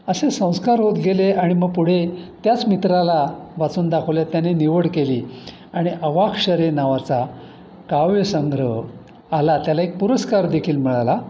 असे संस्कार होत गेले आणि मग पुढे त्याच मित्राला वाचून दाखवल्या त्याने निवड केली आणि अवाक्षरे नावाचा काव्य संग्रह आला त्याला एक पुरस्कार देखील मिळाला